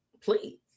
Please